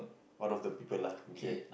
one of the people lah okay